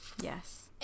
yes